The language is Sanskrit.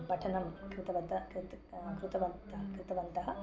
पठनं कृतवन्तः कृत्वा कृतवन्तः कृतवन्तः